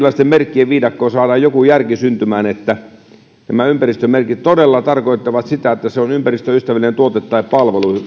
toivottavasti tähän erilaisten merkkien viidakkoon saadaan joku järki syntymään niin että nämä ympäristömerkit todella tarkoittavat sitä että se on ympäristöystävällinen tuote tai palvelu